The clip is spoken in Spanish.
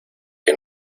que